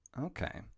Okay